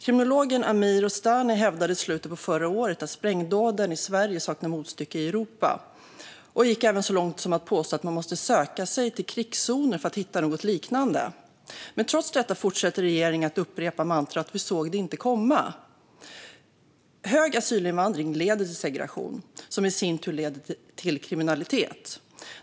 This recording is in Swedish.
Kriminologen Amir Rostami hävdade i slutet av förra året att sprängdåden i Sverige saknar motstycke i Europa och gick så långt som till att påstå att man måste söka sig till krigszoner för att hitta något liknande. Trots detta fortsätter regeringen att upprepa mantrat "vi såg det inte komma". Hög asylinvandring leder till segregation, som i sin tur leder till kriminalitet.